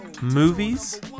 movies